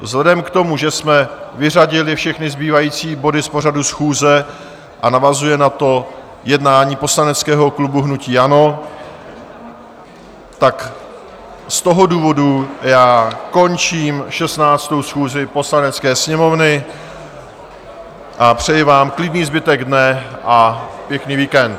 Vzhledem k tomu, že jsme vyřadili všechny zbývající body z pořadu schůze a navazuje na to jednání poslaneckého klubu hnutí ANO, končím 16. schůzi Poslanecké sněmovny a přeji vám klidný zbytek dne a pěkný víkend.